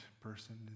person